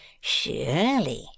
Surely